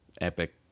epic